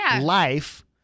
life